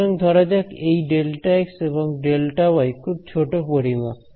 সুতরাং ধরা যাক এই Δx এবং Δy খুব ছোট পরিমাপ